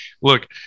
look